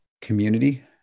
community